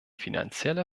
finanzielle